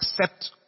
accept